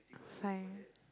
fine